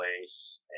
place